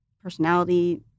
personality